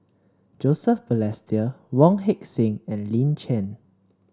Joseph Balestier Wong Heck Sing and Lin Chen